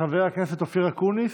חבר הכנסת אופיר אקוניס,